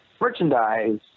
merchandise